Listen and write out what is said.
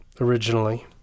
originally